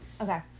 okay